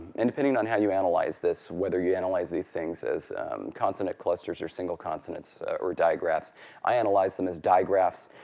and depending on how you analyze this, whether you analyze these things as consonant clusters, or single consonants, or digraphs i analyze them as digraphs.